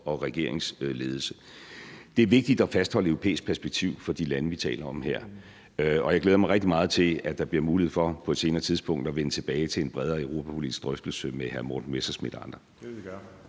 og regeringsledelse. Det er vigtigt at fastholde et europæisk perspektiv for de lande, vi taler om her, og jeg glæder mig rigtig meget til, at der bliver mulighed for på et senere tidspunkt at vende tilbage til en bredere europapolitisk drøftelse med hr. Morten Messerschmidt og andre.